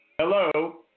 Hello